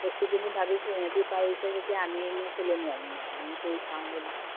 দেখি পিনি ভাবিছোঁ সিহঁতি পাৰিছে যেতিয়া আমিনো কেলে নোৱাৰিম নো আমিও কৰি চাওঁ বোলো